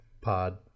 pod